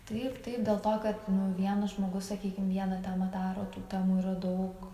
taip taip dėl to kad nu vienas žmogus sakykim vieną temą daro tų temų yra daug